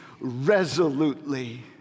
resolutely